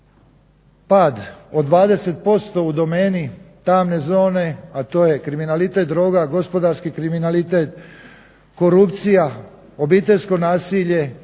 pad od 20% u domeni tamne zone, a to je kriminalitet, droga, gospodarski kriminalitet, korupcija, obiteljsko nasilje